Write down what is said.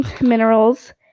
minerals